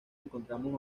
encontramos